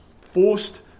forced